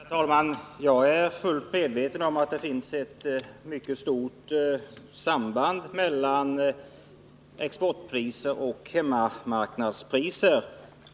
Herr talman! Jag är fullt medveten om att det finns ett samband mellan exportpriser och hemmamarknadspriser.